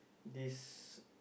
this